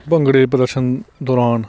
ਭੰਗੜੇ ਪ੍ਰਦਰਸ਼ਨ ਦੌਰਾਨ